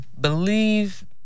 believe